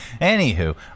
Anywho